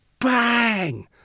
Bang